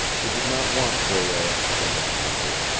he did not want breault, the man-hunter,